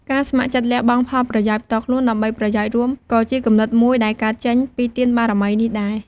ការស្ម័គ្រចិត្តលះបង់ផលប្រយោជន៍ផ្ទាល់ខ្លួនដើម្បីប្រយោជន៍រួម ក៏ជាគំនិតមួយដែលកើតចេញពីទានបារមីនេះដែរ។